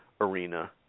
arena